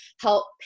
help